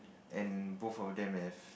and both of them have